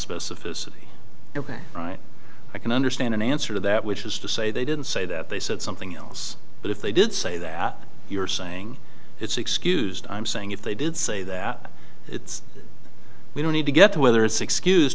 specificity ok i can understand an answer to that which is to say they didn't say that they said something else but if they did say that you're saying it's excused i'm saying if they did say that it's we don't need to get to whether it's excused